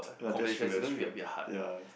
ya that's true that's true ya